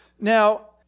Now